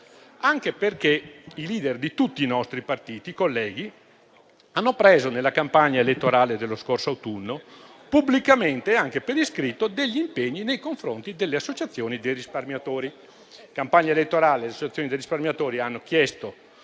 anche perché i *leader* di tutti i nostri partiti nella campagna elettorale dello scorso autunno hanno preso, pubblicamente e anche per iscritto, degli impegni nei confronti delle associazioni dei risparmiatori. In campagna elettorale le associazioni dei risparmiatori hanno chiesto